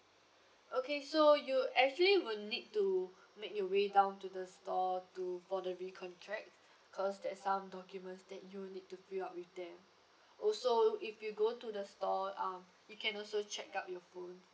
okay so you actually will need to make your way down to the store to for the re-contract because there's some documents that you need to fill up with them also if you go to the store um you can also check out your phone